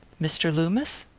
mr. loomis?